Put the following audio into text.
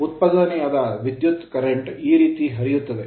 ಉತ್ಪಾದನೆಯಾದ ವಿದ್ಯುತ್ current current ಈ ರೀತಿ ಹರಿಯುತ್ತದೆ